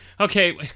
Okay